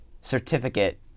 certificate